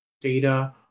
data